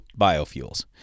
biofuels